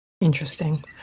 Interesting